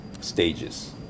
stages